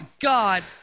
God